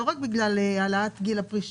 והיא נפגעת לא רק בגלל העלאת גיל הפרישה.